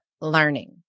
learning